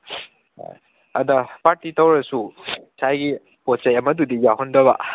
ꯑꯗ ꯄꯥꯔꯇꯤ ꯇꯧꯔꯁꯨ ꯉꯁꯥꯏꯒꯤ ꯄꯣꯠꯆꯩ ꯑꯃꯗꯨꯗꯤ ꯌꯥꯎꯍꯟꯗꯕ